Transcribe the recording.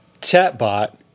chatbot